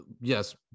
Yes